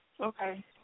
Okay